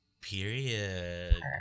Period